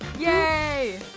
yay!